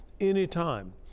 anytime